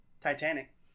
Titanic